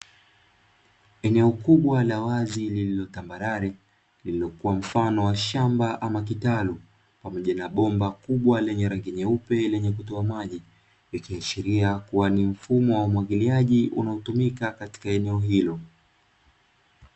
Eneo kubwa la wazi lililotambarare lililokuwa mfano wa shamba ama kitalu, pamoja na bomba kubwa lenye rangi nyeupe lenye kutoa maji likaashiria kuwa ni mfumo wa umwagiliaji unaotumika katika eneo hilo.